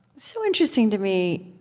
so interesting to me,